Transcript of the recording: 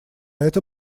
это